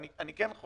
אני כן חושב